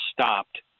stopped